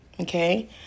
Okay